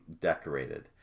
decorated